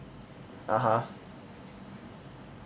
(uh huh)